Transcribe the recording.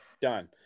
done